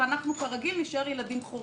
ואנחנו, כרגיל, נישאר ילדים חורגים,